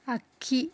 ಅಕ್ಕಿ